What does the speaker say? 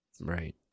Right